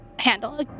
handle